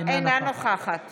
אינה נוכחת